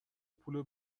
پول